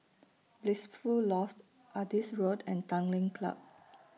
Blissful Loft Adis Road and Tanglin Club